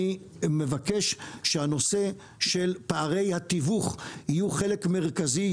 אני מבקש שהנושא של פערי התיווך יהיה חלק מרכזי.